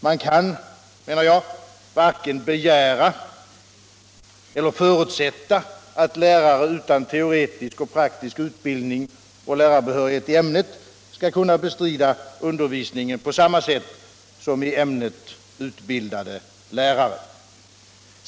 Man kan, menar jag, varken begära eller förutsätta att lärare utan teoretisk och praktisk utbildning och lärarbehörighet i ämnet skall kunna bestrida undervisningen på samma sätt som i ämnet utbildade lärare.